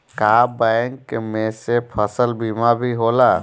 का बैंक में से फसल बीमा भी होला?